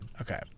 Okay